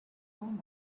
home